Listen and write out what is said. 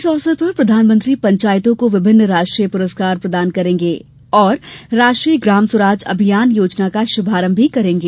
इस अवसर पर प्रधानमंत्री पंचायतों को विभिन्न राष्ट्रीय पुरस्कार भी प्रदान करेंगे और राष्ट्रीय ग्राम स्वराज अभियान योजना का शुभारंभ भी करेगे